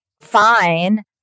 fine